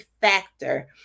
factor